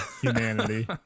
humanity